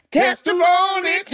testimony